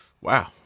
wow